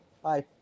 Bye